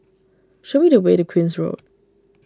show me the way to Queen's Road